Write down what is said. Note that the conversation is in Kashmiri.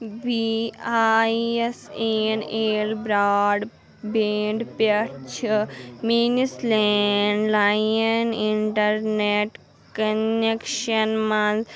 B I S N L broadband پٮ۪ٹھ چھِ میٛٲنِس لینٛڈ لایِن اِنٹرنٮ۪ٹ کنٮ۪کشن منٛز